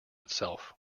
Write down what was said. itself